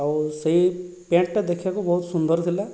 ଆଉ ସେହି ପ୍ୟାଣ୍ଟଟା ଦେଖିବାକୁ ବହୁତ ସୁନ୍ଦର ଥିଲା